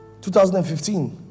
2015